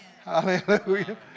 Hallelujah